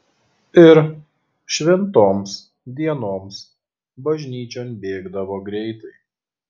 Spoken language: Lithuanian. ir šventoms dienoms bažnyčion bėgdavo greitai